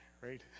right